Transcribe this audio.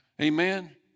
amen